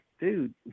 dude